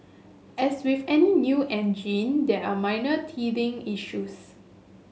as with any new engine there are minor teething issues